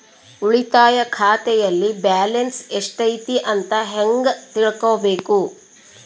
ಉಳಿತಾಯ ಖಾತೆಯಲ್ಲಿ ಬ್ಯಾಲೆನ್ಸ್ ಎಷ್ಟೈತಿ ಅಂತ ಹೆಂಗ ತಿಳ್ಕೊಬೇಕು?